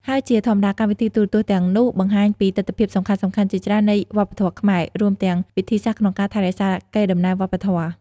ហើយជាធម្មតា កម្មវិធីទូរទស្សន៍ទាំងនោះបង្ហាញពីទិដ្ឋភាពសំខាន់ៗជាច្រើននៃវប្បធម៌ខ្មែរ រួមទាំងវិធីសាស្រ្តក្នុងការថែរក្សាកេរដំណែលវប្បធម៌។